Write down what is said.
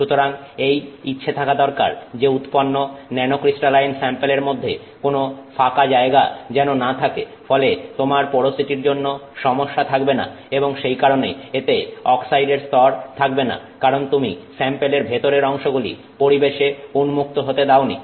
সুতরাং এই ইচ্ছা থাকা দরকার যে উৎপন্ন ন্যানোক্রিস্টালাইন স্যাম্পেলের মধ্যে কোন ফাঁকা জায়গা যেন না থাকে ফলে তোমার পোরোসিটির জন্য সমস্যা থাকবে না এবং সেই কারণে এতে অক্সাইডের স্তর থাকবে না কারণ তুমি স্যাম্পেলের ভেতরের অংশগুলি পরিবেশে উন্মুক্ত হতে দাওনি